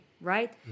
right